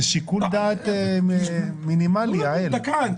זה שיקול דעת מינימאלי יעל.